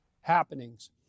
happenings